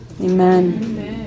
Amen